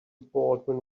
baldwin